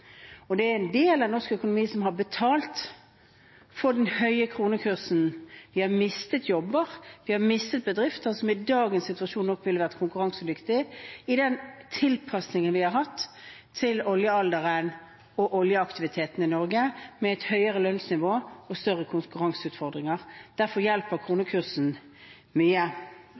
og det er en del av norsk økonomi som har betalt for den høye kronekursen. Vi har mistet jobber, vi har mistet bedrifter – som i dagens situasjon nok ville vært konkurransedyktige – i den tilpasningen vi har hatt til oljealderen og oljeaktiviteten i Norge, med et høyere lønnsnivå og større konkurranseutfordringer. Derfor hjelper kronekursen mye.